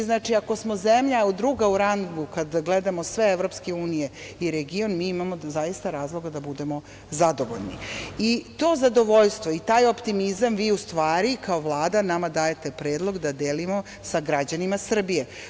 Znači, ako smo zemlja druga u rangu kada gledamo sve zemlje Evropske unije i region, mi zaista imamo razloga da budemo zadovoljni i to zadovoljstvo i taj optimizam vi u stvari kao Vlada nama dajete predlog da delimo sa građanima Srbije.